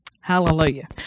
Hallelujah